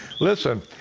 listen